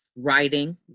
writing